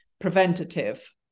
preventative